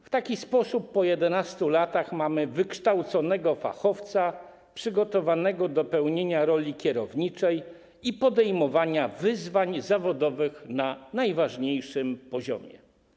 W taki sposób po 11 latach mamy wykształconego fachowca przygotowanego do pełnienia roli kierowniczej i podejmowania wyzwań zawodowych na najwyższym poziomie.